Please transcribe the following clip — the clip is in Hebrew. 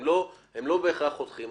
הם לא בהכרח חותכים.